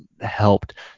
helped